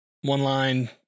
one-line